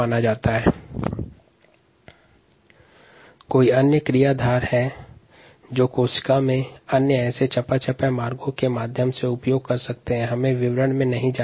इसी प्रकार कोशिकाओं में विभिन्न क्रियाधार हैं जो चयापचय पथ में उपयोग किये जाते है